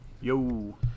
Yo